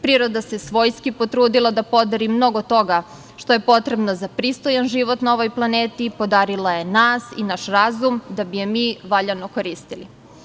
Priroda se svojski potrudila da podari mnogo toga, što je potrebno za pristojan život na ovoj planeti, podarila je nas i naš razum da bi je mi valjano koristili.